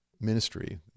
ministry